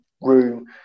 room